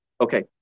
Okay